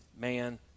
man